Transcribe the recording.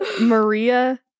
Maria